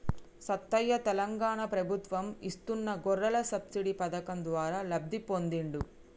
సత్తయ్య తెలంగాణ ప్రభుత్వం ఇస్తున్న గొర్రెల సబ్సిడీ పథకం ద్వారా లబ్ధి పొందిండు